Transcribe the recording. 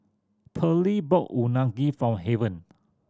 Pearly bought Unagi for Haven